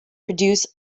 produce